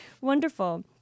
Wonderful